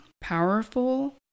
powerful